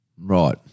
Right